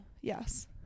yes